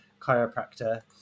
chiropractor